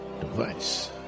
device